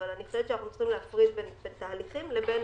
אבל אני אומרת שאנחנו צריכים להפריד בין תהליכים לבין